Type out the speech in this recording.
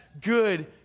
good